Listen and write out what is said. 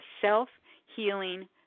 self-healing